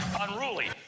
unruly